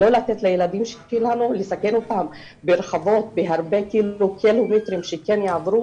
לא לתת לילדים שלנו לסכן אותם בהרבה קילומטרים שכן יעברו